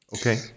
Okay